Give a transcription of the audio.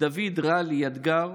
דוד ע'אלי ידגר,